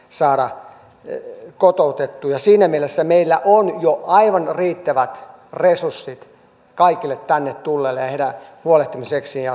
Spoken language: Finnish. sahara jack ja siinä mielessä meillä on jo aivan riittävät resurssit kaikille tänne tulleille ja heistä huolehtimiseen